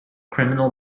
criminal